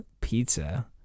Pizza